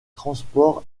transports